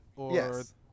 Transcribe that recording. Yes